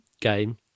game